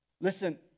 Listen